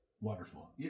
Wonderful